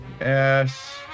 Yes